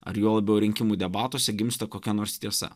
ar juo labiau rinkimų debatuose gimsta kokia nors tiesa